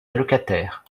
allocataires